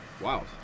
Wow